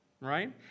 right